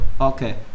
Okay